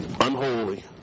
Unholy